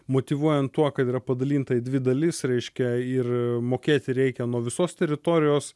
motyvuojant tuo kad yra padalinta į dvi dalis reiškia ir mokėti reikia nuo visos teritorijos